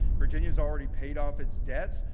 virginia has already paid off its debts.